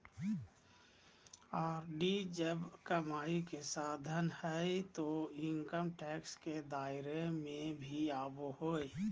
RD जब कमाई के साधन हइ तो इनकम टैक्स के दायरा में भी आवो हइ